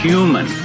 Human